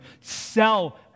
sell